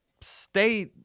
stay